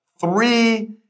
three